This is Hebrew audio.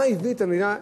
מה הביא את המדינה?